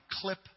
clip